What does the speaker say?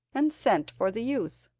and sent for the youth.